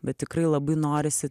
bet tikrai labai norisi